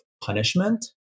punishment